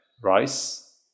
rice